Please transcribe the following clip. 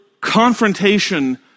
confrontation